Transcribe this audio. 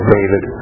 David